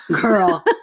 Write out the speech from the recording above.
Girl